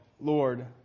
Lord